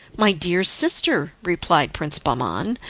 my dear sister, replied prince bahman,